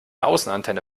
außenantenne